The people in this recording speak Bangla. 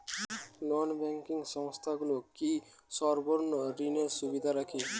নন ব্যাঙ্কিং সংস্থাগুলো কি স্বর্ণঋণের সুবিধা রাখে?